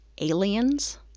aliens